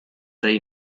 rey